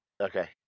Okay